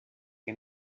que